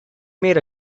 made